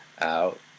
out